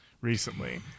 recently